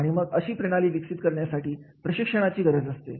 आणि मग अशी प्रणाली विकसित करण्यासाठी प्रशिक्षणाची गरज असते